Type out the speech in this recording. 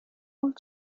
null